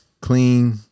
clean